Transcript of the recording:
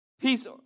Peace